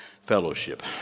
fellowship